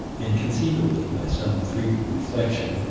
and conceivably, by some freak of reflection,